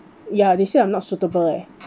ya they say I'm not suitable leh